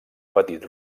petit